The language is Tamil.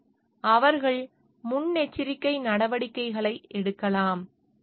எனவே அவர்கள் முன்னெச்சரிக்கை நடவடிக்கைகளை எடுக்கலாம்